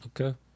Okay